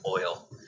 oil